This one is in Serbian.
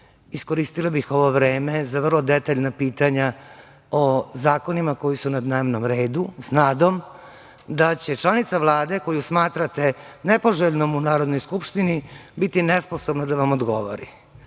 iskoristila bih ovo vreme za vrlo detaljna pitanja o zakonima koji su na dnevnom redu, sa nadom da će članica Vlade koju smatrate nepoželjnom u Narodnoj skupštini biti nesposobna da vam odgovori.